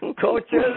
Coaches